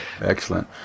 Excellent